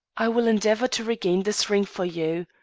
i will endeavor to regain this ring for you.